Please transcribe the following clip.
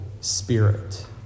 Spirit